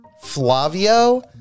Flavio